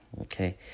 Okay